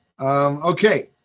Okay